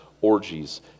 orgies